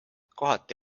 kohati